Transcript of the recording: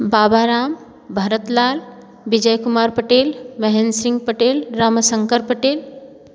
Baba Ram Bharat Lal Vijay Kumar Patel Mohan Singh Patel Rama Shankar Patel